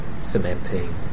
cementing